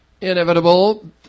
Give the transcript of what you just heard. inevitable